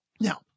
Now